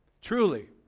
Truly